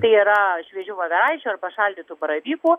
tai yra šviežių voveraičių arba šaldytų baravykų